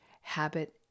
habit